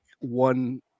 one